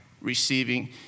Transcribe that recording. receiving